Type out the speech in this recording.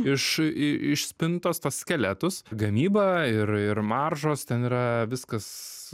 iš iš spintos tuos skeletus gamyba ir ir maržos ten yra viskas